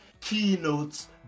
keynotes